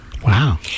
Wow